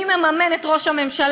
מי מממן את ראש הממשלה.